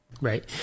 Right